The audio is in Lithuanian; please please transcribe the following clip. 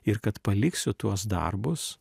ir kad paliksiu tuos darbus